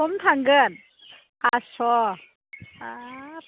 खम थांगोन पास्स' हाब